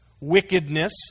wickedness